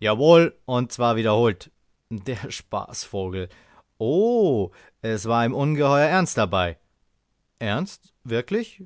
jawohl und zwar wiederholt der spaßvogel oho es war ihm ungeheuer ernst dabei ernst wirklich